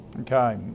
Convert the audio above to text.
Okay